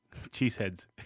cheeseheads